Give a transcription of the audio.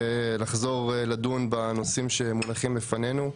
ולחזור לדון בנושאים שמונחים לפנינו.